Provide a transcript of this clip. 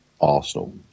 Arsenal